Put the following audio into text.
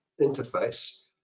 interface